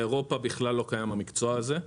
באירופה בכלל לא קיים המקצוע הזה.